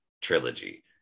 trilogy